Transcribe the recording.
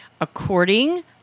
according